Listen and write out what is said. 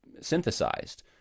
synthesized